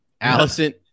Allison